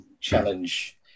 challenge